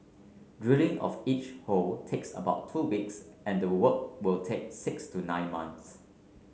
drilling of each hole takes about two weeks and the work will take six to nine months